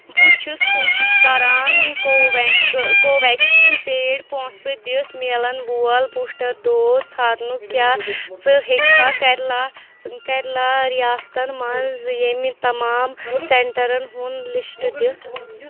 بہٕ چھُس کوٗشِش کران کو ویٚک کو ویٚکسیٖن پیڈ پونٛسہٕ دِتھ مِلن وول بوسٹر ڈوز ژھارنُک کیٛاہ ژٕ ہیٚککھا کیرلا کیرلا ریاستن مَنٛز ییٚمہِ تمام سینٹرن ہُنٛد لسٹ دِتھ